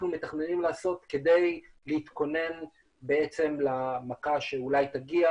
מתכננים לעשות כדי להתכונן בעצם למכה שאולי תגיע,